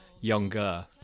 younger